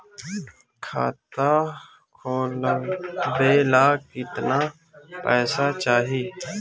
खाता खोलबे ला कितना पैसा चाही?